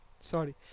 sorry